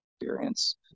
experience